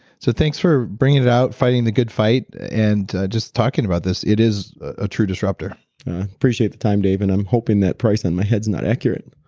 so thanks for bringing it out fighting the good fight and just talking about this. it is a true disruptor appreciate the time dave and i'm hoping that price on and my head's not accurate